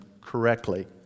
correctly